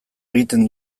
egiten